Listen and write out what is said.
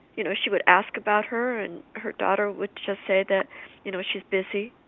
you know she would ask about her and her daughter would just say that you know she was busy.